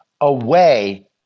away